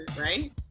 Right